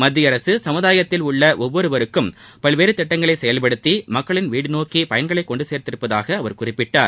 மத்தியஅரசு சமுதாயத்தில் உள்ள ஒவ்வொருவருக்கும் பல்வேறு திட்டங்களை செயவ்படுத்தி மக்களின் வீடு நோக்கி பயன்களை கொண்டு சேர்த்துள்ளதாக அவர் குறிப்பிட்டார்